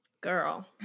girl